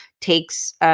takes